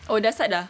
oh dah start dah